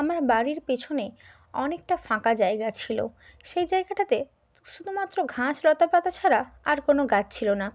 আমার বাড়ির পেছনে অনেকটা ফাঁকা জায়গা ছিল সেই জায়গাটাতে শুধুমাত্র ঘাস লতাপাতা ছাড়া আর কোনও গাছ ছিল না